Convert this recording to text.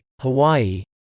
hawaii